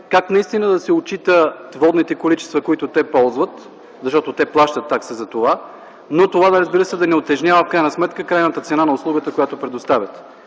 как наистина да се отчитат водните количества, които те ползват, защото те плащат такси за това, но, разбира се, това в крайна сметка да не утежнява крайната цена на услугата, която предоставят.